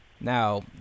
Now